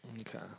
Okay